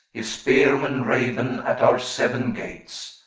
his spearmen raven at our seven gates.